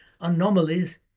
anomalies